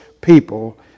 people